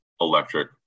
electric